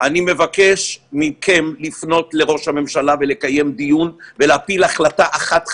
אני מבקש מכם לפנות לראש הממשלה ולקיים דיון ולהפיל החלטה אחת חדה,